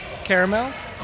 Caramels